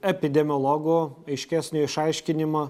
epidemiologo aiškesnį išaiškinimą